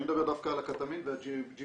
אני מדבר דווקא על הקטמין ועל ה-GBL-GHP.